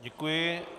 Děkuji.